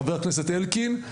חבר הכנסת אלקין.